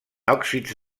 òxids